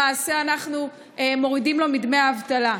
למעשה אנחנו מורידים לו מדמי האבטלה.